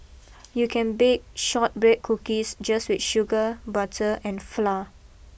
you can bake shortbread cookies just with sugar butter and flour